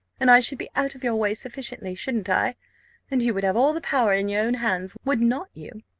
and i should be out of your way sufficiently, shouldn't i and you would have all the power in your own hands, would not you?